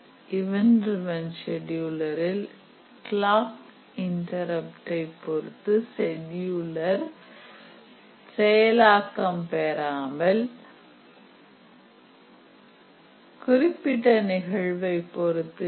event driven செடியுலரில் clock இன்டருப்டை பொருத்து செடியுலர் செயல் ஆக்கம் பெறாமல் குறிப்பிட்ட நிகழ்வை பொறுத்து இருக்கும்